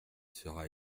sera